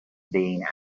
being